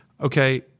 Okay